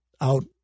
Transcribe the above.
out